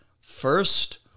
first